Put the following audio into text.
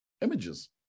images